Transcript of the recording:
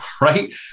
right